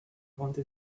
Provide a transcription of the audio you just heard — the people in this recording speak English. wanted